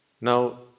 Now